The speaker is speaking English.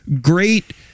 great